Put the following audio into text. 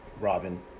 Robin